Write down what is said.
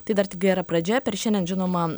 tai dar tik gera pradžia per šiandien žinoma